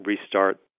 restart